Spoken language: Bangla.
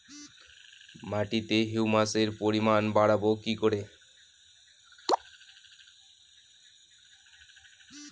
মাটিতে হিউমাসের পরিমাণ বারবো কি করে?